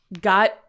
got